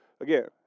again